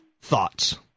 thoughts